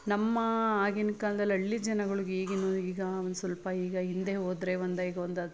ನಮ್ಮ ಆಗಿನ ಕಾಲ್ದಲ್ಲಿ ಹಳ್ಳಿ ಜನಗಳ್ಗೆ ಈಗಿನ್ನು ಈಗ ಒಂದು ಸ್ವಲ್ಪ ಈಗ ಹಿಂದೆ ಹೋದರೆ ಒಂದು ಐದು ಒಂದು ಹತ್ತು